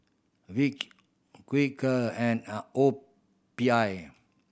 Vick Quaker and a O P I